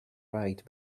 right